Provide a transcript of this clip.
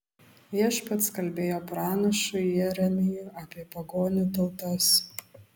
viešpats kalbėjo pranašui jeremijui apie pagonių tautas